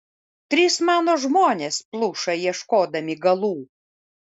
trys mano žmonės pluša ieškodami galų